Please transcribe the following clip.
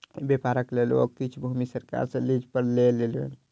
व्यापारक लेल ओ किछ भूमि सरकार सॅ लीज पर लय लेलैन